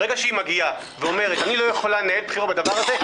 ברגע שהיא אומרת שהיא לא יכולה לנהל את הבחירות עם הדבר הזה,